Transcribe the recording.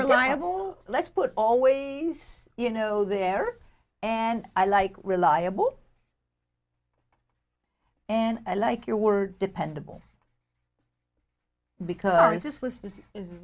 reliable let's put always you know there and i like reliable and i like your word dependable because